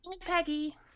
Peggy